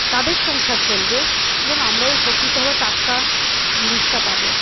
তাদের সংসার চলবে এবং আমরাও উপকৃত হবো টাটকা জিনিসটা পাবো